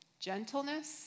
gentleness